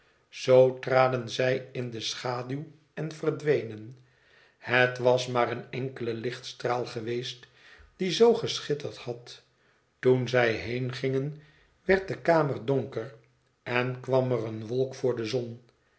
zoo traden zij in de schaduw en verdwenen het was maar een enkele lichtstraal geweest die zoo geschitterd had toen zij heengingen werd de kamer donker en kwam er eene wolk voor de zon